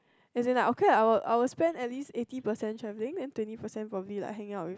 as in like okay la I will I will spend at least eighty percent travelling and twenty percent probably hanging out with